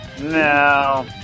No